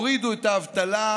הורידו את האבטלה,